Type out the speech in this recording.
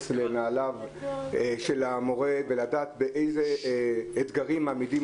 להיכנס לנעליו של המורה ולדעת באיזה אתגרים מעמידים